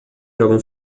jogam